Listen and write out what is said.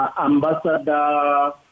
ambassador